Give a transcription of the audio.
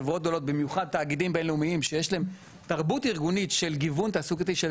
במיוחד תאגידים בין לאומיים שיש להם תרבות ארגונית של גיוון תעסוקתי,